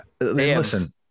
listen